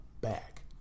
back